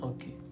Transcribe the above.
Okay